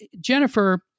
Jennifer